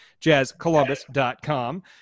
jazzcolumbus.com